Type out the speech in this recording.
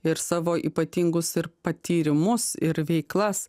ir savo ypatingus ir patyrimus ir veiklas